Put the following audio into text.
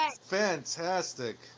Fantastic